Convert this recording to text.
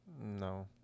No